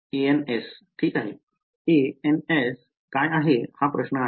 ans ठीक आहे तर या चित्रात ans काय आहे हा प्रश्न आहे